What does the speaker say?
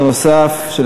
בהקשר נוסף,